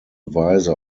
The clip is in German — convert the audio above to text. weise